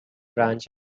branch